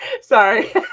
Sorry